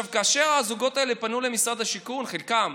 כאשר הזוגות האלה פנו למשרד השיכון, חלקם,